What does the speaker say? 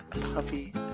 Puffy